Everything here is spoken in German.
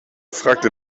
fragte